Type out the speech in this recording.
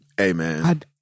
Amen